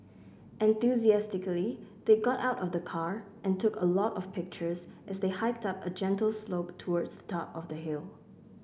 enthusiastically they got out of the car and took a lot of pictures as they hiked up a gentle slope towards the top of the hill